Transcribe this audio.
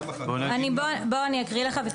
בוא אני אקריא לך.